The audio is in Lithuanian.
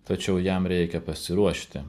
tačiau jam reikia pasiruošti